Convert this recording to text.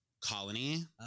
Colony